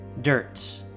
dirt